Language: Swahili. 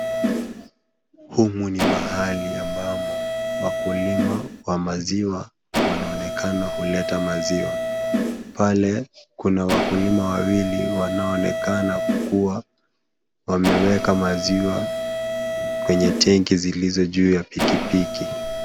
Humu ni mahali ambamo wakulima wa maziwa wanaonekana huleta maziwa. Pale kuna wakulima wawili wanaoonekana kuwa wameweka maziwa kwenye tenki zilizo juu ya pikipiki.